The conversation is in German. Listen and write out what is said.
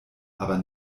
aber